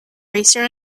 racer